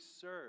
serve